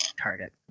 Target